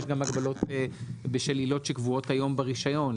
יש גם הגבלות בשל עילות שקבועות היום ברישיון,